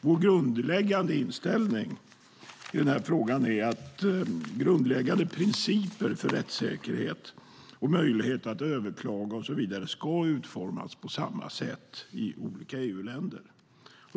Vår grundinställning i den här frågan är att grundläggande principer för rättssäkerhet och möjlighet att överklaga och så vidare ska utformas på samma sätt i olika EU-länder.